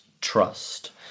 trust